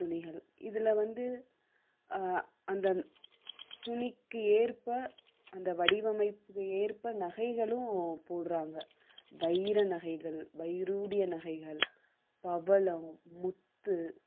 துணிகள் இதில் வந்து அந்த துணிக்கு ஏற்ப அந்த வடிவமைப்புக்கு ஏற்ப நகைகளும் போடுறாங்க வைர நகைகள் வைடூரிய நகைகள் பவளம் முத்து